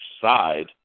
side